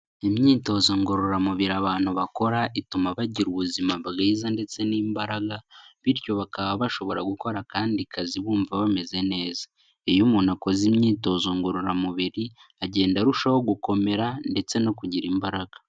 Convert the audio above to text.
Imyitozo ngororamubiri abantu bakora ituma bagira ubuzima bwiza ndetse n'imbaraga, bityo bakaba bashobora gukora akandi kazi bumva bameze neza, iyo umuntu akoze imyitozo ngororamubiri agenda arushaho gukomera ndetse no kugira imbaraga.